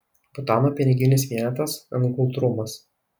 butano piniginis vienetas ngultrumas